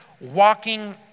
walking